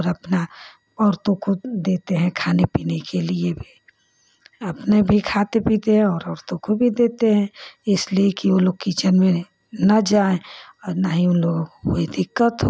अपना औरतों को देते हैं खाने पीने के लिए भी अपने भी खाते पीते हैं और औरतों को भी देते हैं इसलिए कि वो लोग कीचेन में न जाए और न ही उन लोगों को कोई दिक्कत हो